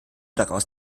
daraus